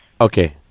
Okay